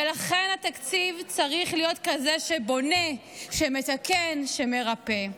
ולכן התקציב צריך להיות כזה שבונה, שמתקן, שמרפא.